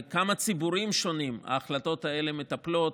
בכמה ציבורים שונים ההחלטות האלה מטפלות